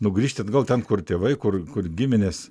nu grįžti atgal ten kur tėvai kur kur giminės